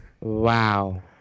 Wow